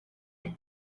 and